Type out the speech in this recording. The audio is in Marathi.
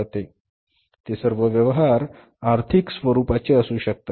ते सर्व व्यवहार आर्थिक स्वरूपाचे असू शकतात